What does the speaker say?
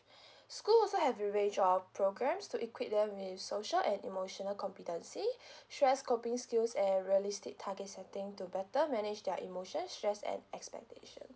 school also have the range of programmes to equip them with social and emotional competency stress coping skills and realistic target setting to better manage their emotion stress and expectation